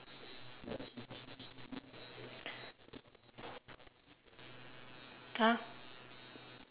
!huh!